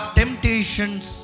temptations